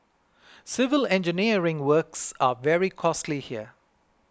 civil engineering works are very costly here